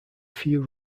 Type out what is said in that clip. few